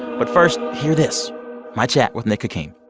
but first, hear this my chat with nick hakim